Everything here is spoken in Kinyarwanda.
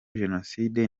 jenoside